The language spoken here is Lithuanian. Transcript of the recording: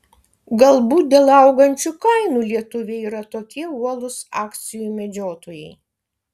galbūt dėl augančių kainų lietuviai yra tokie uolūs akcijų medžiotojai